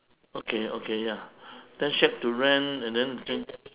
okay okay ya then shack to rent and then